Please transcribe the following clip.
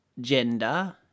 gender